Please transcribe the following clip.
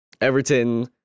Everton